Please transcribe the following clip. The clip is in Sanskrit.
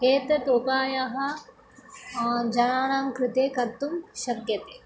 एते उपायाः जनानां कृते कर्तुं शक्यन्ते